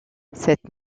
cette